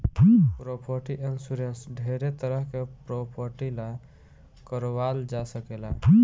property insurance ढेरे तरह के प्रॉपर्टी ला कारवाल जा सकेला